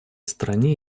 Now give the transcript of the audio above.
стране